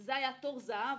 זה היה תור זהב,